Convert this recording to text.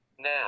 Now